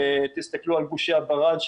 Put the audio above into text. תסתכלו על גושי הברד.